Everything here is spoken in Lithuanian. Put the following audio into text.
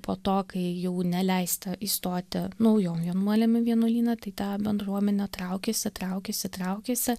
po to kai jau neleista įstoti naujom vienuolėm į vienuolyną tai ta bendruomenė traukėsi traukėsi traukėsi